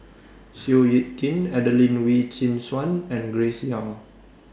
Seow Yit Kin Adelene Wee Chin Suan and Grace Young